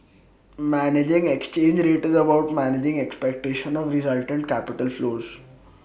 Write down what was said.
managing exchange rate is about managing expectation of resultant capital flows